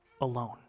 alone